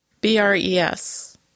B-R-E-S